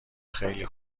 خیلی